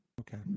Okay